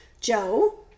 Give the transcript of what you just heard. joe